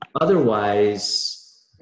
Otherwise